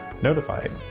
notified